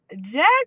jack